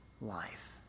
life